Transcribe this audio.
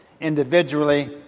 individually